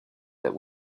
that